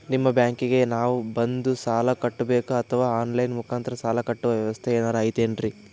ನಿಮ್ಮ ಬ್ಯಾಂಕಿಗೆ ನಾವ ಬಂದು ಸಾಲ ಕಟ್ಟಬೇಕಾ ಅಥವಾ ಆನ್ ಲೈನ್ ಮುಖಾಂತರ ಸಾಲ ಕಟ್ಟುವ ವ್ಯೆವಸ್ಥೆ ಏನಾರ ಐತೇನ್ರಿ?